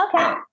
Okay